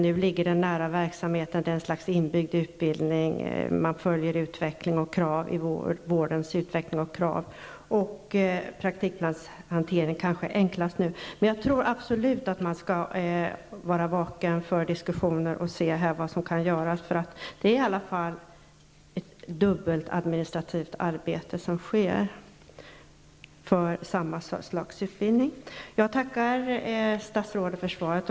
Nu ligger den nära verksamheten; det är ett slags inbyggd utbildning, och man följer vårdens utveckling och krav. Man bör också titta närmare på praktikplatshanteringen. Jag tror absolut att man skall vara vaken för diskussioner och se vad som kan göras -- det är i alla fall ett dubbelt administrativt arbete som sker. Jag tackar statsrådet för svaret.